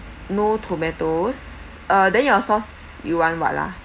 no tomatoes uh then your sauce you want what ah